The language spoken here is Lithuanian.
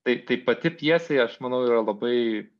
tai tai pati pjesė aš manau yra labai